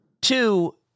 two